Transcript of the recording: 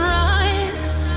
rise